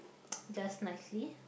just nicely